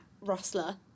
rustler